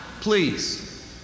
please